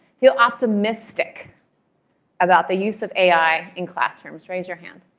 feel optimistic about the use of ai in classrooms? raise your hand.